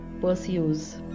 pursues